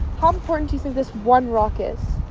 how important do you think this one rock is?